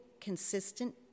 consistent